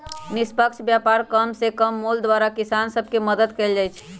निष्पक्ष व्यापार कम से कम मोल द्वारा किसान सभ के मदद कयल जाइ छै